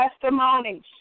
testimonies